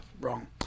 wrong